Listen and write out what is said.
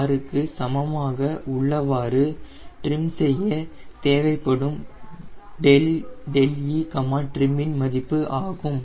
96 க்கு சமமாக உள்ளவாறு ட்ரிம் செய்ய தேவைப்படும் e trim இன் மதிப்பு ஆகும்